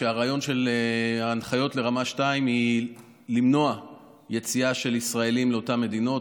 והרעיון של ההנחיות לרמה 2 הוא למנוע יציאה של ישראלים לאותן מדינות,